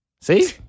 see